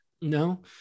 no